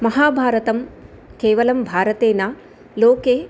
महाभारतं केवलं भारते न लोके